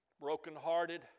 Brokenhearted